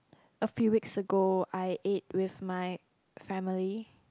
a few weeks ago I ate with my family